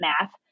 math